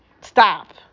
stop